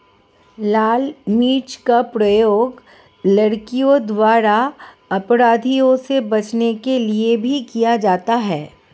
लाल मिर्च का प्रयोग लड़कियों द्वारा अपराधियों से बचने के लिए भी किया जाता है